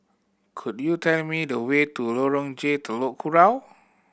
could you tell me the way to Lorong J Telok Kurau